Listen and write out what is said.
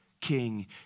King